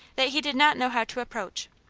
that he did not know how to approach.